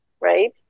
right